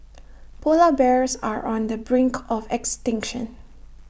Polar Bears are on the brink of extinction